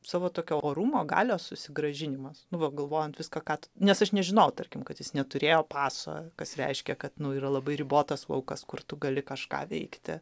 savo tokio orumo galios susigrąžinimas nu va galvojant viską ką nes aš nežinau tarkim kad jis neturėjo paso kas reiškė kad yra labai ribotas laukas kur tu gali kažką veikti